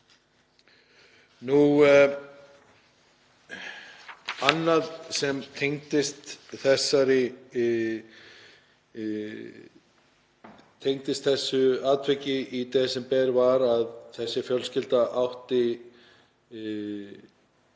Annað sem tengist þessu atviki í desember er að þessi fjölskylda var